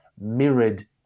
mirrored